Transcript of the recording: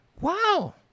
Wow